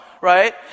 right